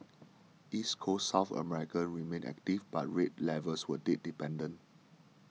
East Coast South America remained active but rate levels were date dependent